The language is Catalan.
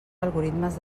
algoritmes